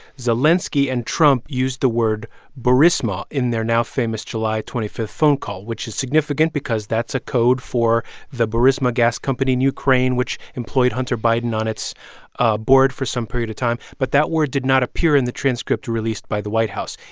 zelenskiy and trump used the word burisma in their now-famous july twenty five phone call, which is significant because that's a code for the burisma gas company in ukraine, which employed hunter biden on its ah board for some period of time. but that word did not appear in the transcript released by the white house.